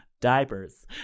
Diapers